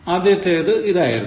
ആദ്യത്തേത് ഇതാരുന്നു